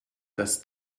dass